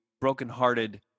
brokenhearted